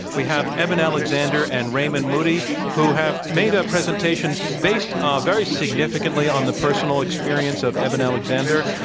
we have eben alexander and raymond moody who have made a presentation based ah very significantly on the personal experience of eben alexander.